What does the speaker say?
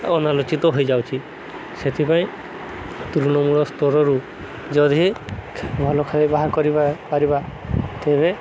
ଅନାଲୋଚିତ ହୋଇଯାଉଛି ସେଥିପାଇଁ ତୃଣମୂଳ ସ୍ତରରୁ ଯଦି ଭଲ ବାହାର କରିପାରିବା ତେବେ